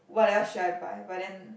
what else should I buy but then